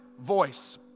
voice